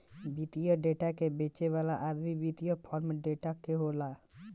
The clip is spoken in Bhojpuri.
वित्तीय डेटा के बेचे वाला आदमी वित्तीय फार्म के डेटा, व्यापारी के बाजार के डेटा देवेला